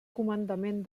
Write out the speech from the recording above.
comandament